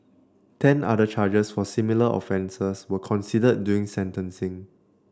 ten other charges for similar offences were considered during sentencing